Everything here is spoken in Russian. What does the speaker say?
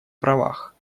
правах